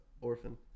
orphan